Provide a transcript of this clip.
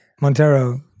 Montero